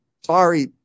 Sorry